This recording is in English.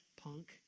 punk